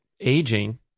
aging